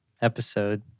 episode